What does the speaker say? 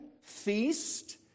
feast